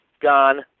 gone